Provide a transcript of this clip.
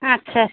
আচ্ছা